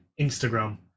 Instagram